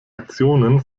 aktionen